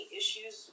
issues